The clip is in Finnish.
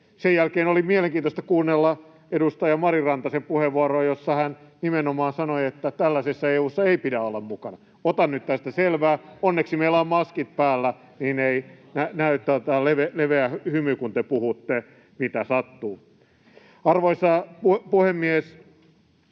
Sen jälkeen oli mielenkiintoista kuunnella edustaja Mari Rantasen puheenvuoroa, jossa hän nimenomaan sanoi, että tällaisessa EU:ssa ei pidä olla mukana. Ota nyt tästä selvää. Onneksi meillä on maskit päällä, niin että ei näy leveä hymy, kun te puhutte, mitä sattuu. Arvoisa puhemies!